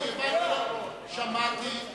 שמעתי.